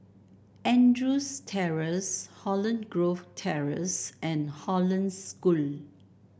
Andrews Terrace Holland Grove Terrace and Hollandse School